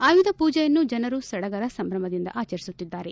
ಆಯುಧ ಪೂಜೆಯನ್ನು ಜನರು ಸಡಗರ ಸಂಭ್ರಮದಿಂದ ಆಚರಿಸುತ್ತಿದ್ದಾರೆ